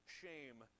shame